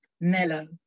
mellow